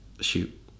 shoot